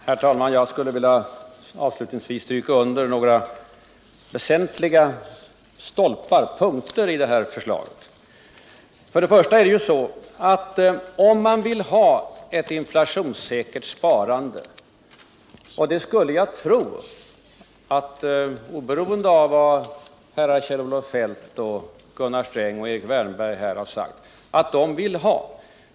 Herr talman! Jag skulle avslutningsvis vilja stryka under några väsentliga punkter i vårt förslag. För det första: Om man vill ha ett värdesäkert sparande måste förmånerna vara sådana att sparandet verkligen blir värdesäkert. Jag skulle tro att man vill ha detta sparande. oberoende av vad herrar Kjell-Olof Feldt, Gunnar Sträng och Erik Wärnberg har sagt.